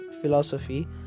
philosophy